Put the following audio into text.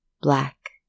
black